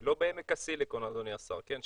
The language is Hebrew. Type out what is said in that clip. לא בעמק הסיליקון, אדוני השר, כן?